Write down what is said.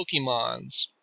Pokemons